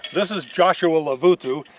this is joshua lovutu,